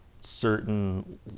certain